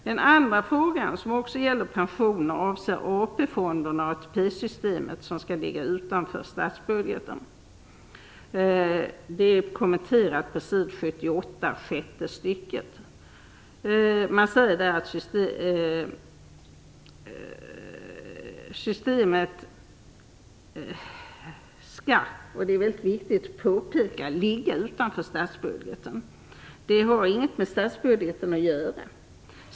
Den andra frågan, vilken också gäller pensioner, avser AP-fonderna och ATP-systemet som skall ligga utanför statsbudgeten. Detta kommenteras i sjätte stycket på s. 78. Man säger där att systemet skall, och detta är ett väldigt viktigt påpekande, ligga utanför statsbudgeten. Detta har nämligen inget med statsbudgeten att göra.